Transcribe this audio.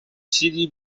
sidi